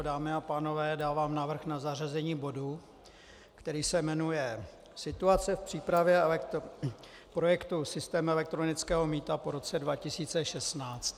Dámy a pánové, dávám návrh na zařazení bodu, který se jmenuje Situace v přípravě projektu systém elektronického mýta po roce 2016.